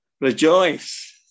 Rejoice